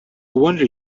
wonder